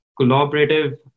collaborative